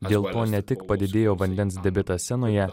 dėl to ne tik padidėjo vandens debitas senoje